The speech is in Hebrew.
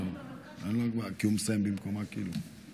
אינו נוכח, חבר הכנסת עמית הלוי,